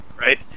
right